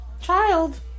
Child